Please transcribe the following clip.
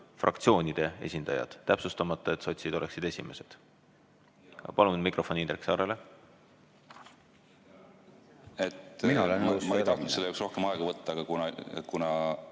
fraktsioonide esindajad, täpsustamata, et sotsid oleksid esimesed. Palun mikrofon Indrek Saarele. Ma ei tahtnud selle jaoks rohkem aega võtta, aga